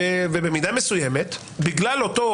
במידה מסוימת, בגלל אותו